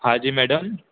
हा जी मैडम